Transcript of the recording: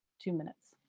two minutes.